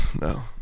no